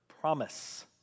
promise